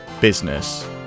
business